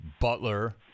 Butler